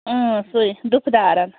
سُے دُکھ دارن